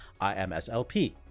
IMSLP